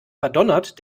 verdonnert